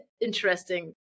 interesting